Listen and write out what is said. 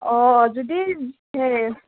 অঁ যদি হে